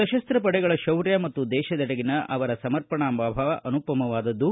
ಸಶಸ್ತ ಪಡೆಗಳ ಶೌರ್ಯ ಮತ್ತು ದೇಶದೆಡೆಗಿನ ಅವರ ಸಮರ್ಪಣಾಭಾವ ಅನುಪಮವಾದದ್ದು